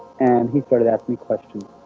and he started asking me questions